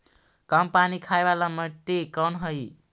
कम पानी खाय वाला मिट्टी कौन हइ?